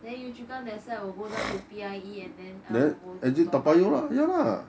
then yio chu kang that side will go down to P_I_E and then I will go to toa payoh